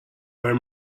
where